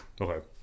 Okay